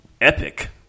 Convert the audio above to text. epic